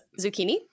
zucchini